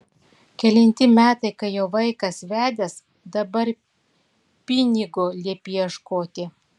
kelinti metai kai jau vaikas vedęs dabar pinigo liepi ieškoti